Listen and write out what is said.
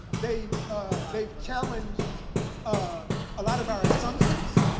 they've they've challenged ah a lot of our assumptions.